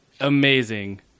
amazing